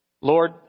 Lord